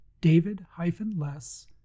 david-less